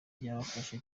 byabafasha